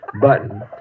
button